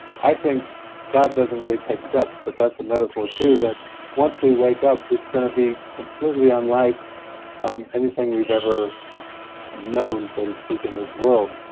i think god doesn't really take steps but that's a metaphor too, that once we wake up it's going to be completely unlike anything we've ever known, so to speak, in this world.